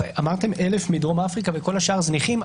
אמרתם 1,000 מדרום אפריקה וכל השאר זניחים.